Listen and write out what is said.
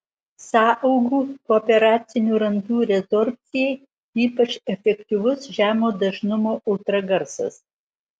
sąaugų pooperacinių randų rezorbcijai ypač efektyvus žemo dažnumo ultragarsas